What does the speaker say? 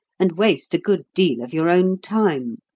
and waste a good deal of your own time.